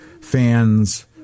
fans